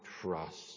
trust